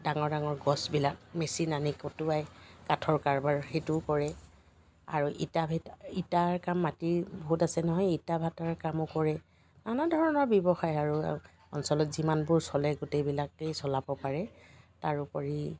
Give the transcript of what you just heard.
ডাঙৰ ডাঙৰ গছবিলাক মেচিন আনি কটোৱাই কাঠৰ কাৰবাৰ সেইটোও কৰে আৰু ইটা ভেট ইটাৰ কাম মাটিৰ বহুত আছে নহয় ইটা ভাটাৰ কামো কৰে নানা ধৰণৰ ব্যৱসায় আৰু অঞ্চলত যিমানবোৰ চলে গোটেইবিলাকেই চলাব পাৰে তাৰোপৰি